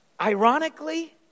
Ironically